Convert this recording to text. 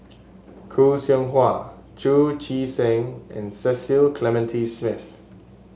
Khoo Seow Hwa Chu Chee Seng and Cecil Clementi Smith